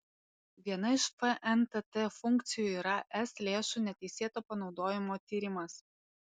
viena iš fntt funkcijų yra ir es lėšų neteisėto panaudojimo tyrimas